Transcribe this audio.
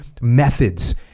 methods